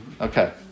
Okay